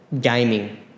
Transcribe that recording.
gaming